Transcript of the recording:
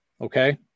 Okay